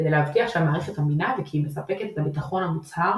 כדי להבטיח שהמערכת אמינה וכי היא מספקת את הביטחון המוצהר